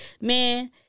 man